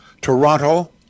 Toronto